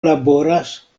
laboras